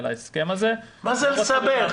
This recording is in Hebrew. מה זה לסבך?